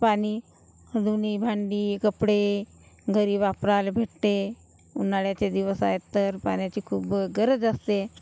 पाणी धुणी भांडी कपडे घरी वापरायला भेटते उन्हाळ्याचे दिवस आहेत तर पाण्याची खूप ग गरज असते